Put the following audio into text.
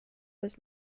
was